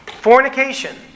fornication